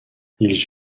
ils